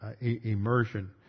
immersion